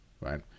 right